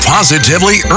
Positively